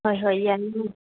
ꯍꯣꯏ ꯍꯣꯏ ꯌꯥꯅꯤ